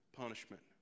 punishment